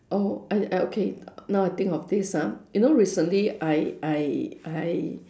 oh I I okay now I think of this ah you know recently I I I